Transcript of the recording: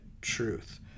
truth